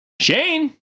Shane